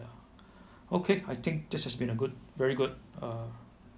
okay I think this is been a good very good uh